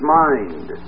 mind